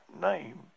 name